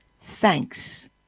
thanks